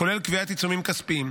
כולל קביעת עיצומים כספיים.